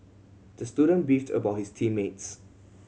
the student beefed about his team mates